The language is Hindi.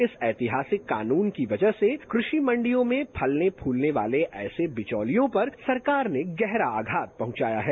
इस एतिहासिक कानून की वजह से कृषि मंडियों में फलने फूलने वाले ऐसे बिचौलियों पर सरकार ने गहरा आधार पहुंचाया है